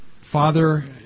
Father